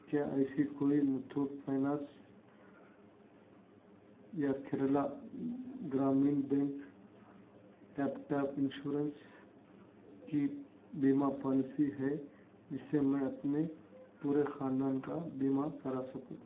کیا ایسی کوئی متھوٹ فنانس یا Kerala Gramin bank laptop insurance کی بیمہ پالیسی ہے جس سے میں اپنے پورے خاندان کا بیمہ کرا سکوں